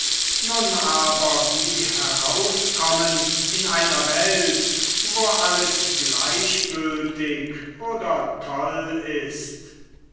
nun aber wie herauskommen in einer welt wo alles gleichgültig oder toll ist